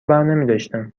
برنمیداشتن